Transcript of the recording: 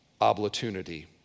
opportunity